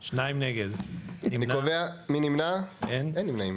2 נמנעים, 0 אושר.